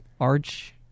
Arch